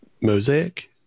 mosaic